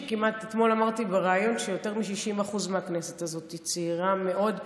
אתמול אמרתי בריאיון שיותר מ-60% מהכנסת הזו היא צעירה מאוד,